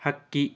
ಹಕ್ಕಿ